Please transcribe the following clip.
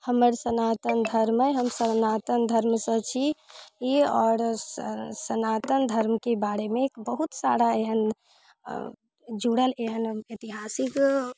हमर सनातन धर्म अछि हम सनातन धर्मसँ छी छी आओर सनातन धर्मके बारेमे बहुत सारा एहन जुड़ल एहन ऐतिहासिक